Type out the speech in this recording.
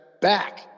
back